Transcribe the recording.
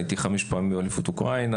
הייתי חמש פעמים באליפות אוקראינה,